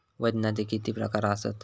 वजनाचे किती प्रकार आसत?